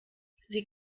sie